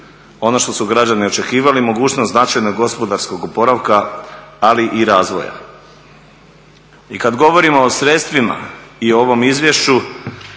ono što su građani očekivali mogućnost značajnog gospodarskog oporavka ali i razvoja. I kad govorimo o sredstvima i o ovom izvješću,